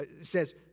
says